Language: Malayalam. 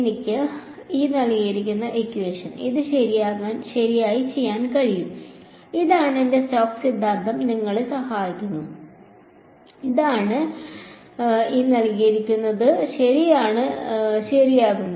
എനിക്ക് ഇത് ശരിയായി ചെയ്യാൻ കഴിയും ഇതാണ് എന്റെ സ്റ്റോക്സ് സിദ്ധാന്തം ഞങ്ങളെ സഹായിക്കുന്നു ഇതാണ് എനിക്ക് ശരിയാകുന്നത്